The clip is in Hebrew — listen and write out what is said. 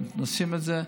נשים את זה,